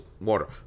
water